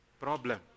Problem